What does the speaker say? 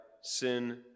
sin